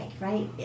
right